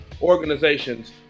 organizations